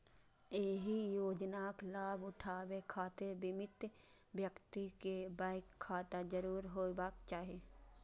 एहि योजनाक लाभ उठाबै खातिर बीमित व्यक्ति कें बैंक खाता जरूर होयबाक चाही